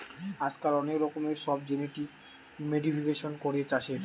আজকাল অনেক রকমের সব জেনেটিক মোডিফিকেশান করে চাষের